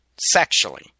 sexually